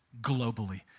globally